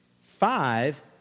Five